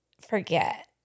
forget